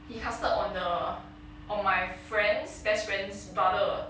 he casted on the on my friend's best friend's brother